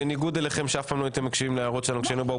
ועכשיו אנחנו מבינים מה היא עשתה.